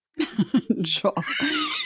Joff